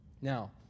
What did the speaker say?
Now